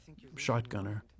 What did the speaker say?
shotgunner